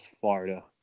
Florida